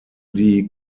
die